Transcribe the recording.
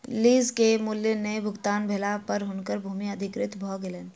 lease के मूल्य नै भुगतान भेला पर हुनकर भूमि अधिकृत भ गेलैन